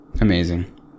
Amazing